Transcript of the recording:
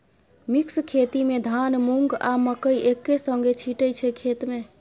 mix खेती मे धान, मुँग, आ मकय एक्के संगे छीटय छै खेत मे